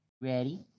Ready